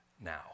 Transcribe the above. now